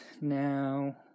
now